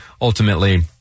ultimately